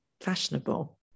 fashionable